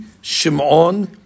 Shimon